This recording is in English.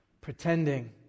Pretending